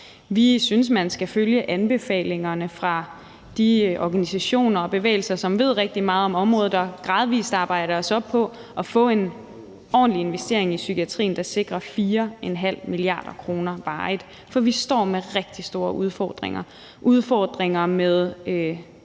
Vi synes, at man skal følge anbefalingerne fra de organisationer og bevægelser, som ved rigtig meget om området, og gradvis arbejde os op på at få en ordentlig investering i psykiatrien, der sikrer 4,5 mia. kr. varigt. For vi står med rigtig store udfordringer – udfordringer med